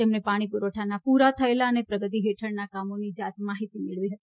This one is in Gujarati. તેમણે પાણી પુરવઠાનાં પૂરાં થયેલાં અને પ્રગતિ હેઠળનાં કામોની જાત માહીતી પણ મેળવી હતી